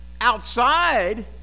outside